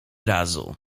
razu